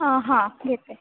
हां घेते